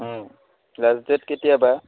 last date কেতিয়াবা